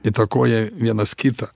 įtakoja vienas kitą